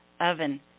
oven